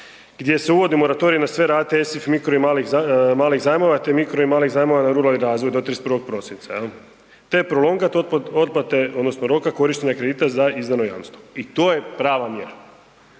gdje se uvodi moratorij na sve rate ESIF, mikro i malih zajmova te mikro i malih zajmova na ruralni razvoj do 31. prosinca, te prolongat otplate odnosno roka korištenja kredita za izdano jamstvo i to je prava mjera.